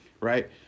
right